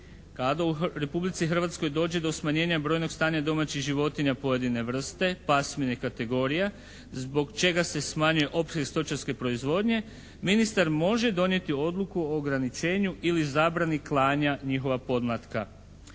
kada u Republici Hrvatskoj dođe do smanjenja brojnog stanja domaćih životinja pojedine vrste, pasmine, kategorija zbog čega se smanji opseg stočarske proizvodnje ministar može donijeti odluku o ograničenju ili zabrani klanja njihova podmlatka.